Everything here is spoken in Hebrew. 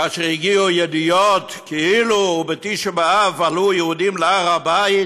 כאשר הגיעו ידיעות כאילו בתשעה באב עלו יהודים להר הבית